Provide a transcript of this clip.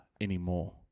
anymore